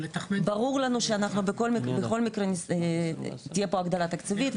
ברור לנו שבכל מקרה תהיה פה הגדלה תקציבית,